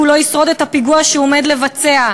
לא ישרוד את הפיגוע שהוא עומד לבצע,